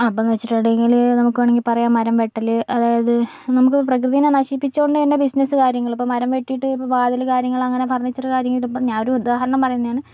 അപ്പന്ന് വച്ചിട്ടുണ്ടെങ്കില് നമുക്ക് വേണമെങ്കിൽ പറയാം മരം വെട്ടല് അതായത് നമുക്ക് പ്രകൃതിനെ നശിപ്പിച്ചുകൊണ്ട് തന്നെ ബിസിനെസ്സ് കാര്യങ്ങള് ഇപ്പം മരം വെട്ടീട്ട് ഇപ്പം വാതില് കാര്യങ്ങള് അങ്ങനെ ഫർണീച്ചറ് കാര്യം ഇതിപ്പോൾ ഞാനൊരു ഉദാഹരണം പറയുന്നതാണ്